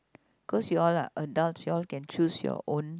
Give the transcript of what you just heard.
cause you all lah adult you all can choose your own